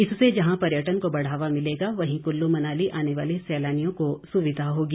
इससे जहां पर्यटन को बढ़ावा मिलेगा वहीं कुल्लू मनाली आने वाले सैलानियों को सुविधा होगी